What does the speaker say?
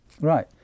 Right